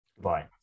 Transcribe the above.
Bye